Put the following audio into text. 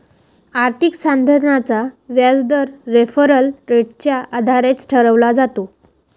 आर्थिक साधनाचा व्याजदर रेफरल रेटच्या आधारे ठरवला जातो